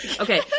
okay